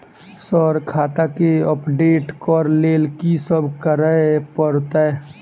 Sir खाता केँ update करऽ लेल की सब करै परतै?